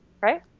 right